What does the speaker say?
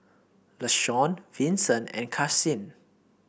Lashawn Vinson and Karsyn